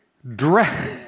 Dress